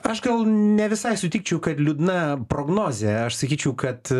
aš gal ne visai sutikčiau kad liūdna prognozė aš sakyčiau kad